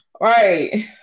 Right